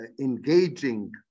engaging